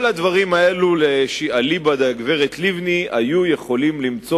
כל הדברים האלה אליבא דגברת לבני היו יכולים למצוא